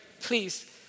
Please